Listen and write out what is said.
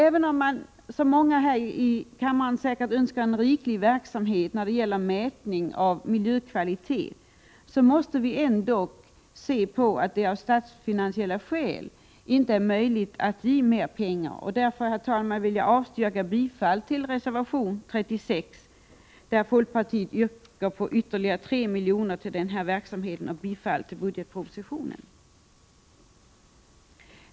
Även om man önskar, som många här i kammaren säkert gör, en omfattande verksamhet när det gäller mätning av miljökvalitet måste vi inse att det av statsfinansiella skäl inte är möjligt att ge mera pengar. Därför, herr talman, vill jag avstyrka reservation 36, där folkpartiet yrkar på ytterligare 3 milj.kr. till denna verksamhet, och bifall till budgetpropositionen.